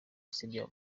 isebya